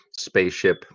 Spaceship